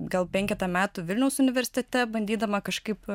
gal penketą metų vilniaus universitete bandydama kažkaip